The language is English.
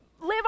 live